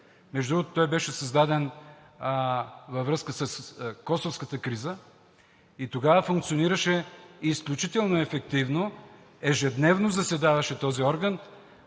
създаден. Той беше създаден във връзка с косовската криза и тогава функционираше изключително ефективно. Ежедневно заседаваше този орган